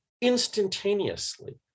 instantaneously